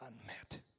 unmet